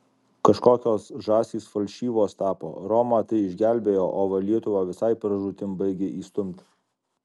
kažkokios žąsys falšyvos tapo romą tai išgelbėjo o va lietuvą visai pražūtin baigia įstumti